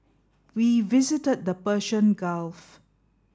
we visited the Persian Gulf